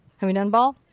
i mean done ball?